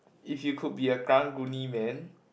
if you could be a Karang-Guni man